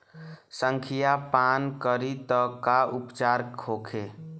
संखिया पान करी त का उपचार होखे?